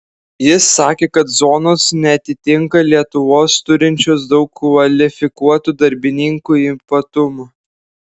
jis sakė kad zonos neatitinka lietuvos turinčios daug kvalifikuotų darbininkų ypatumų